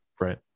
Right